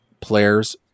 players